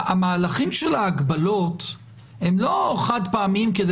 המהלכים של ההגבלות הם לא חד פעמיים כדי